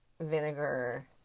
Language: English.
vinegar